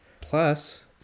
Plus